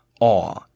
awe